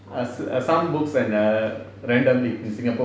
ah err some books by randall lee in singapore